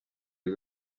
iyo